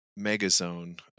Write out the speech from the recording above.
MegaZone